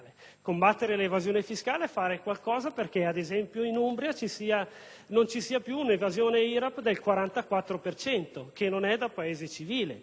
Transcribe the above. Combattere l'evasione fiscale significa fare qualcosa affinché, ad esempio, in Umbria non ci sia più un'evasione IRAP del 44 per cento, che non è da Paese civile.